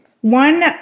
one